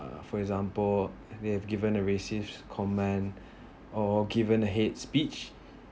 uh for example I mean I have given the racists comment or given hate speech